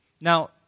Now